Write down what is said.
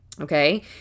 Okay